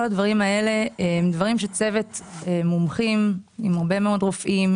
כל הדברים האלה הם דברים שצוות מומחים עם הרבה מאוד רופאים,